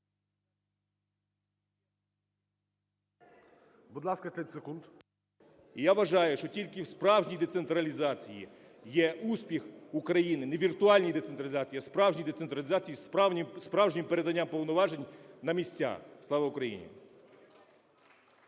Будь ласка, 30 секунд. КІТ А.Б. І я вважаю, що тільки в справжній децентралізації є успіх України, не віртуальній децентралізації, а справжній децентралізації справжні передання повноважень на місця. Слава Україні!